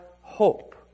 hope